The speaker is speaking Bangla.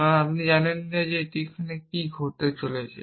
কারণ আপনি জানেন না এমন একটিতে কী ঘটতে যাচ্ছে